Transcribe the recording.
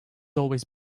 always